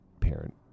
parent